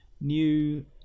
new